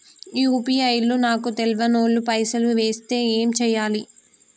UPI లో నాకు తెల్వనోళ్లు పైసల్ ఎస్తే ఏం చేయాలి?